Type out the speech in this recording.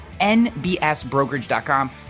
nbsbrokerage.com